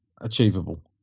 Achievable